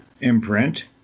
imprint